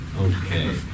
Okay